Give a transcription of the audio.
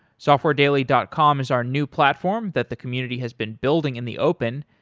softwaredaily dot com is our new platform that the community has been building in the open.